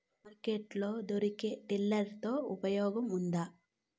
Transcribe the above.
Market లో దొరికే tiller తో ఉపయోగం ఉంటుందా?